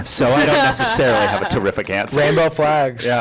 so i don't necessarily have a terrific answer. rainbow flags. yeah